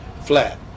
flat